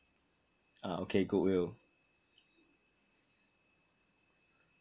ah okay goodwill